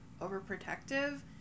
overprotective